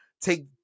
take